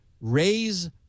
raise